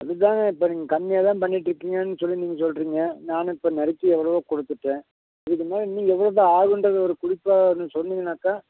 அது தாங்க இப்போ நீங்கள் கம்மியாக தான் பண்ணிகிட்டு இருக்கீங்கன்னு சொல்லி நீங்கள் சொல்கிறீங்க நானும் இப்போ நெருக்கி எவ்வளோவோ கொடுத்துட்டேன் இதுக்கு மேலே இன்னும் எவ்வளோவோ தான் ஆகுங்றத ஒரு குறிப்பாக ஒன்று சொன்னீங்கன்னாக்கால்